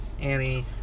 Annie